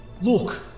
Look